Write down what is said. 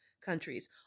countries